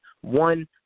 One